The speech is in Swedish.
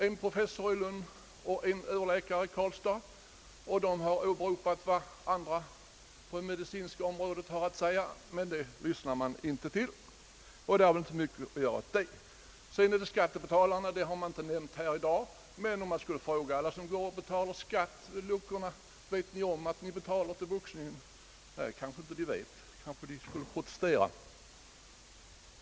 En professor i Lund och en överläkare i Karlstad har åberopat vad de och andra på det medicinska området har att säga, men det lyssnar man inte till. Det är väl inte mycket att göra åt det. Skattebetalarna har inte nämnts här i dag. Man kan dock fråga alla som betalar skatt i luckorna: Vet ni om att ni betalar till boxningen? Nej, det kanske de inte vet. De skulle kanske protestera.